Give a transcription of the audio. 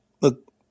look